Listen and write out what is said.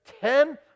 Ten